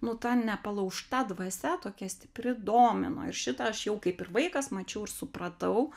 nu ta nepalaužta dvasia tokia stipri domino ir šitą aš jau kaip ir vaikas mačiau ir supratau